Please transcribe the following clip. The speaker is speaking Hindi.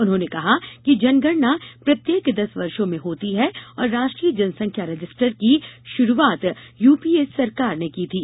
उन्होंने कहा कि जनगणना प्रत्येक दस वर्षों में होती है और राष्ट्रीय जनसंख्या रजिस्टर की शुरूआत यूपीए सरकार ने की थी